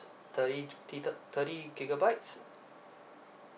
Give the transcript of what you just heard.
thirty data thirty gigabytes